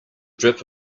drip